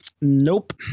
Nope